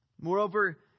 Moreover